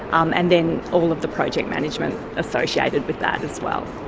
um and then all of the project management associated with that as well.